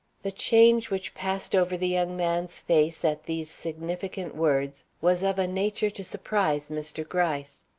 the change which passed over the young man's face at these significant words was of a nature to surprise mr. gryce.